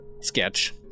sketch